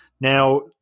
Now